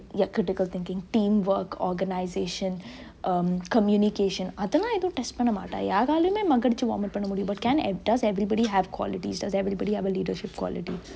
ya critical thinking team work organisation um communication அதுலா எதுவு:athulaa ethuvu test பன்ன மாட்டா யாராய்லுமெ:panne maataa yaarailume mug அடிச்சி:adichi vomit பன்ன முடியு:panne mudiyu can does everybody have qualities does everybody have a leadership quality